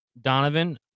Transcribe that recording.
Donovan